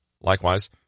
Likewise